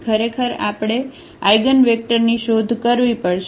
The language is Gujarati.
ખરેખર આપણે આઇગનવેક્ટરની શોધ કરવી પડશે